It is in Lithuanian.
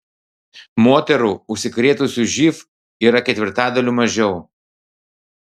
moterų užsikrėtusių živ yra ketvirtadaliu mažiau